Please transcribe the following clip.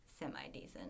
semi-decent